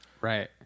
Right